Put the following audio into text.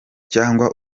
cyangwa